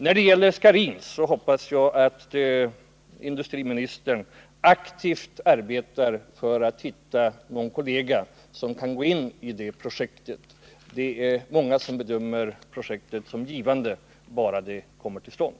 Då det gäller Scharins hoppas jag att industriministern aktivt arbetar för att hitta något företag, någon kollega, som kan gå in i det projektet. Det är många som bedömer projektet som givande, bara det kommer till stånd.